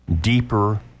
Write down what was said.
deeper